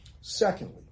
Secondly